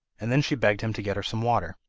and then she begged him to get her some water.